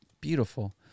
Beautiful